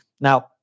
Now